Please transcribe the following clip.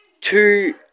Two